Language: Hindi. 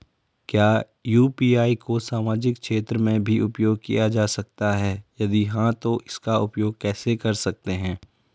क्या यु.पी.आई को सामाजिक क्षेत्र में भी उपयोग किया जा सकता है यदि हाँ तो इसका उपयोग कैसे कर सकते हैं?